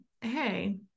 hey